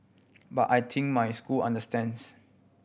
but I think my school understands